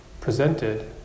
presented